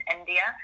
India